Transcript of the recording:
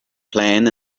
plan